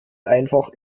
einfach